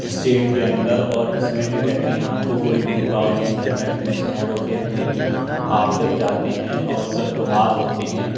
state کے اندر اور اِس میں کیا کہتے ہیں آپ کو کوئی بھید بھاؤ نہیں چلتا اِس میں شہروں کے اندر بھی آپ جب چاہتے ہیں اور جب تہوار ہوتے ہیں